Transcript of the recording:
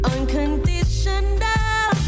Unconditional